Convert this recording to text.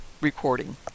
recording